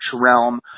realm